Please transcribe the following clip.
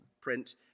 print